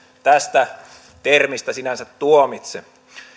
tästä termistä sinänsä tuomitse